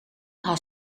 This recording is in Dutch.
haar